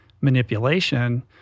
manipulation